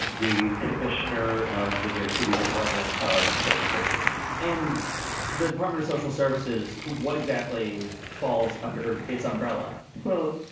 and the commissioner of the new york city department of social services and the department of social services what exactly falls under its umbrella? well, you